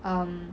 erm